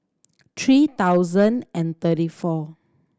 three thousand and thirty four